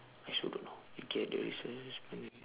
I also don't know okay the